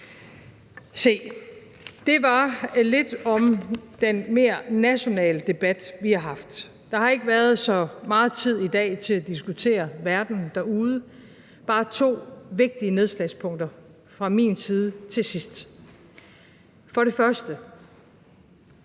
Se, det var lidt om den mere nationale debat, vi har haft. Der har ikke været så meget tid i dag til at diskutere verden derude. Men bare to vigtige nedslagspunkter fra min side til sidst. For det første: